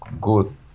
good